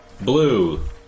Blue